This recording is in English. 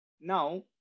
Now